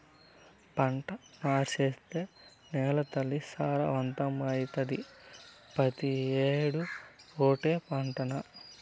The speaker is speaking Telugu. పంట మార్సేత్తే నేలతల్లి సారవంతమైతాది, పెతీ ఏడూ ఓటే పంటనా